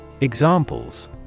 Examples